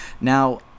now